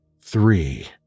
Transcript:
three